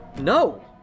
No